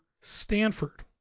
Stanford